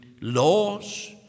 laws